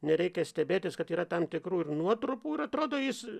nereikia stebėtis kad yra tam tikrų ir nuotrupų ir atrodo jis